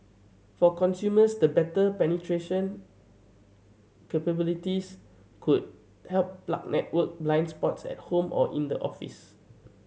for consumers the better penetration capabilities could help plug network blind spots at home or in the office